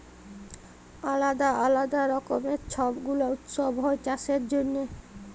আলদা আলদা রকমের ছব গুলা উৎসব হ্যয় চাষের জনহে